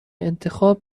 انتخاب